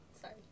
sorry